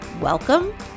Welcome